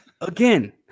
Again